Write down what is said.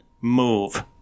move